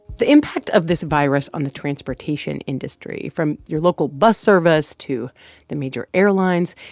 the impact of this virus on the transportation industry, from your local bus service to the major airlines,